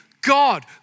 God